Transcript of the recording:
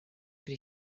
pri